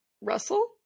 Russell